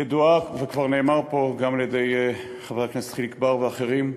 כבר נאמר פה גם על-ידי חבר הכנסת חיליק בר ואחרים,